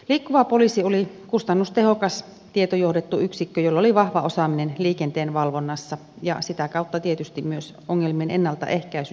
liikkuva poliisi oli kustannustehokas tietojohdettu yksikkö jolla oli vahva osaaminen liikenteen valvonnassa ja sitä kautta tietysti myös ongelmien ennaltaehkäisyssä